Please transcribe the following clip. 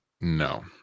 No